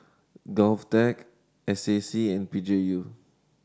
GovTech S A C and P G U